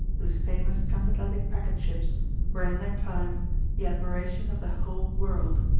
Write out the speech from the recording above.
whose famous transatlantic packet ships were in their time the admiration of the whole world.